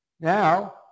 Now